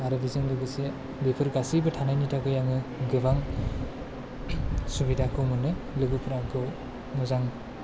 आरो बेजों लोगोसे बेफोर गासिबो थानाइनि थाखाइ आङो गोबां सुबिदाखौ मोनो लोगोफ्रा आंखौ मोजां